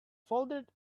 folded